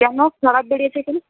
কেন খারাপ বেরিয়েছে কেন